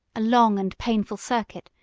a long and painful circuit,